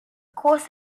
course